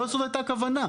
לא זאת הייתה הכוונה.